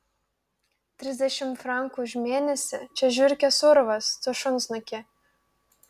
trisdešimt frankų už mėnesį čia žiurkės urvas tu šunsnuki